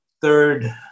third